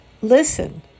listen